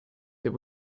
that